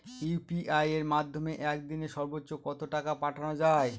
UPI এর মাধ্যমে এক দিনে সর্বচ্চ কত টাকা পাঠানো যায়?